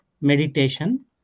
meditation